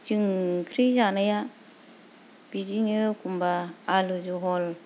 जों ओंख्रि जानाया बिदिनो एखनब्ला आलु जहल